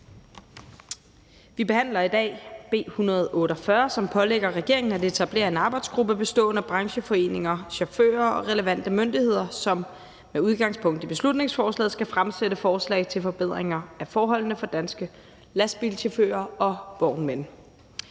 Vi behandler i dag B 148, som pålægger regeringen at etablere en arbejdsgruppe bestående af brancheforeninger, chauffører og relevante myndigheder, som med udgangspunkt i beslutningsforslaget skal fremsætte forslag til forbedringer af forholdene for danske lastbilchauffører og vognmænd.